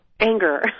Anger